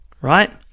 right